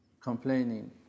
complaining